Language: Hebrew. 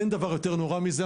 אין דבר יותר נורא מזה,